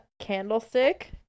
Candlestick